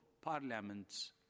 parliaments